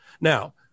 Now